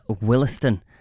Williston